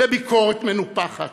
בביקורת מנופחת,